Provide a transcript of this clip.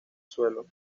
suelo